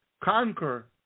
conquer